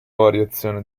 variazione